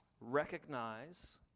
recognize